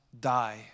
die